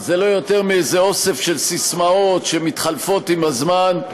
זה לא יותר מאשר איזה אוסף של ססמאות שמתחלפות עם הזמן,